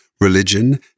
religion